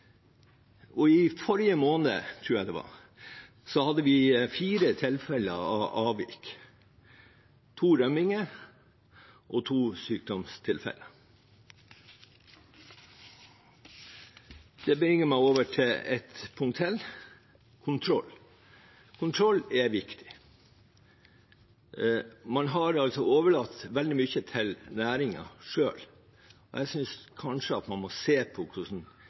I forrige måned, tror jeg det var, hadde vi fire tilfeller av avvik, to rømninger og to sykdomstilfeller. Det bringer meg over til et annet punkt: kontroll. Kontroll er viktig. Man har overlatt veldig mye til næringen selv, og jeg synes kanskje man må se på hvordan